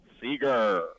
Seeger